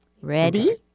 Ready